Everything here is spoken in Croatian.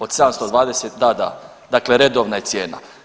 Od 720, da, da dakle redovna je cijena.